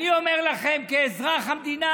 אני אומר לכם כאזרח המדינה,